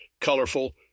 colorful